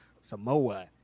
samoa